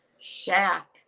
SHACK